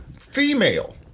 female